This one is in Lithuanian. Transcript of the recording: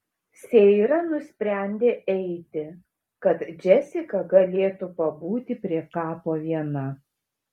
seira nusprendė eiti kad džesika galėtų pabūti prie kapo viena